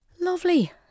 Lovely